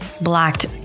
Blacked